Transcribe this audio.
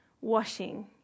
washing